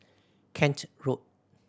Kent Road